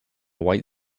white